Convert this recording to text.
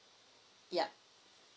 yeah